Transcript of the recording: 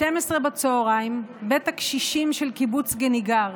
12:00, בצוהריים, בית הקשישים של קיבוץ גניגר.